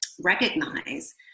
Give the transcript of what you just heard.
recognize